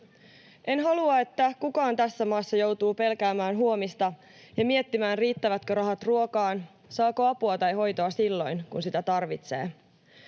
En halua, että kukaan tässä maassa joutuu pelkäämään huomista ja miettimään, riittävätkö rahat ruokaan, saako apua tai hoitoa silloin, kun sitä tarvitsee.